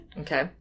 Okay